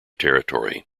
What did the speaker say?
territory